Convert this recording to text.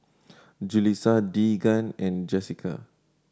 Julissa Deegan and Jessica